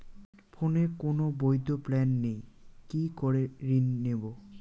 ফোনে কোন বৈধ প্ল্যান নেই কি করে ঋণ নেব?